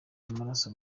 amaraso